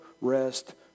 rest